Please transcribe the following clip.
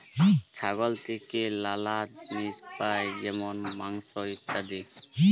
ছাগল থেক্যে লালা জিলিস পাই যেমল মাংস, ইত্যাদি